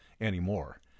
anymore